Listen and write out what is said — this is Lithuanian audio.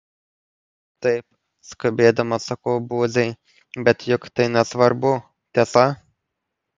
taip skubėdamas sakau buziai bet juk tai nesvarbu tiesa